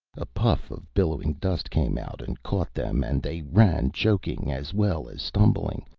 a puff of billowing dust came out and caught them and they ran choking as well as stumbling.